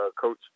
coach